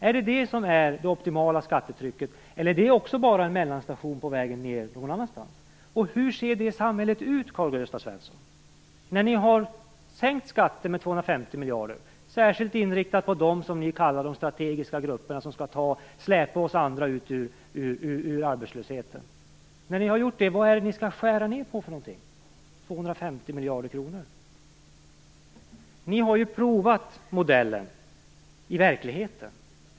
Är detta det optimala skattetrycket, eller är det också bara en mellanstation på vägen ner någon annanstans? Hur ser det samhället ut, Karl-Gösta Svenson, när ni har sänkt skatter med 250 miljarder, särskilt inriktade på dem som ni kallar de strategiska grupper och som skall släpa oss andra ut ur arbetslösheten? När ni gjort det, var är det ni skall skära ned för 250 miljarder? Ni har ju provat modellen i verkligheten.